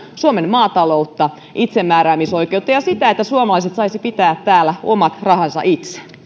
suomen maataloutta itsemääräämisoikeutta ja sitä että suomalaiset saisivat pitää täällä omat rahansa itse